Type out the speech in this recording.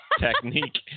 technique